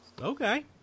Okay